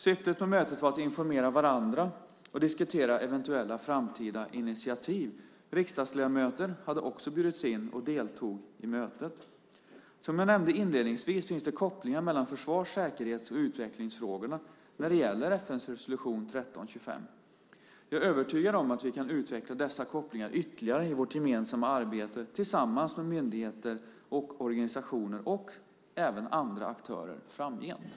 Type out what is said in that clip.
Syftet med mötet var att informera varandra och diskutera eventuella framtida initiativ. Riksdagsledamöter hade också bjudits in och deltog i mötet. Som jag nämnde inledningsvis finns det kopplingar mellan försvars-, säkerhets och utvecklingsfrågorna när det gäller FN:s resolution 1325. Jag är övertygad om att vi kan utveckla dessa kopplingar ytterligare i vårt gemensamma arbete tillsammans med myndigheter, organisationer och även andra aktörer framgent.